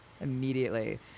immediately